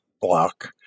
block